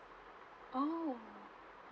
oh